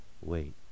Wait